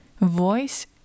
voice